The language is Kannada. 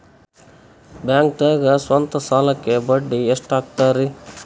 ಬ್ಯಾಂಕ್ದಾಗ ಸ್ವಂತ ಸಾಲಕ್ಕೆ ಬಡ್ಡಿ ಎಷ್ಟ್ ಹಕ್ತಾರಿ?